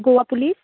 Goa police